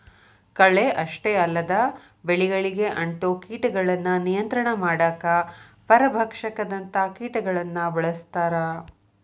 ಕಳೆ ಅಷ್ಟ ಅಲ್ಲದ ಬೆಳಿಗಳಿಗೆ ಅಂಟೊ ಕೇಟಗಳನ್ನ ನಿಯಂತ್ರಣ ಮಾಡಾಕ ಪರಭಕ್ಷಕದಂತ ಕೇಟಗಳನ್ನ ಬಳಸ್ತಾರ